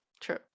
true